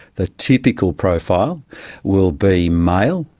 the typical profile will be male,